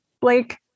Blake